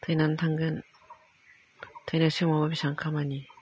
थैनानै थांगोन थैनोसै समावबो बेसेबां खामानि